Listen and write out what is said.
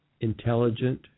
intelligent